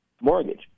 mortgage